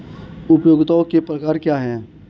उपयोगिताओं के प्रकार क्या हैं?